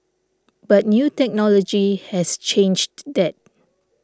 but new technology has changed that